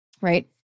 right